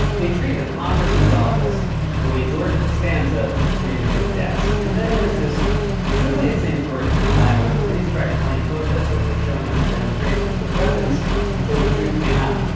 they treated a congressman's office the way george costanza treated his desk. and then there's this truly insane story from ohio, where police tried to claim protesters were showing up to demonstrations with weapons until the truth came out.